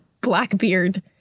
Blackbeard